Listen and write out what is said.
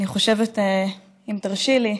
אני חושבת, אם תרשי לי,